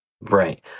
Right